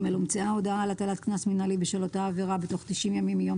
הומצאה הודעה על הטלת קנס מינהלי בשל אותה עבירה בתוך 90 ימים מיום